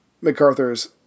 MacArthur's